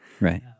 Right